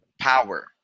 power